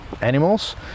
animals